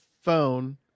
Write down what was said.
phone